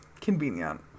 Convenient